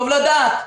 טוב לדעת.